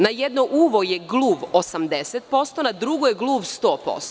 Na jedno uvo je gluv 80%, a na drugo je gluv 100%